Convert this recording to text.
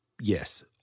yes